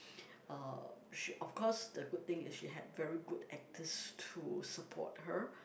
uh she of course the good thing is she had very good actors to support her